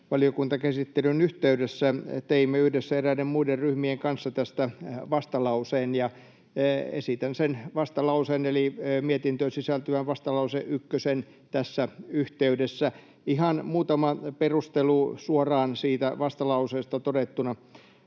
Valiokuntakäsittelyn yhteydessä teimme yhdessä eräiden muiden ryhmien kanssa tästä vastalauseen, ja esitän sen vastalauseen eli mietintöön sisältyvän vastalause ykkösen tässä yhteydessä. Ihan muutama perustelu suoraan siitä vastalauseesta todettuna.